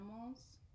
animals